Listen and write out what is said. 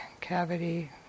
cavity